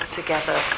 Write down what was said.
together